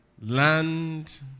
Land